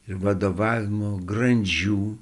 ir vadovavimo grandžių